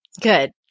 Good